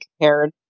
compared